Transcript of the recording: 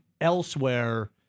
elsewhere